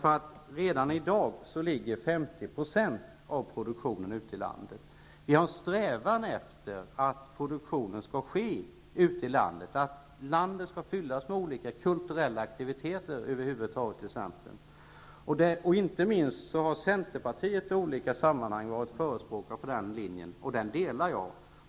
Redan i dag finns 50 % av produktionen ute i landet. Vi har strävat efter att produktion skall ske ute landet. Landet skall över huvud taget fyllas med olika kulturella aktiviteter. Inte minst Centerpartiet har i olika sammanhang varit förespråkare för den linjen. Jag biträder den linjen.